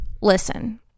Listen